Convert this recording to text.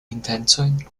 intencojn